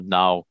now